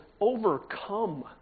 overcome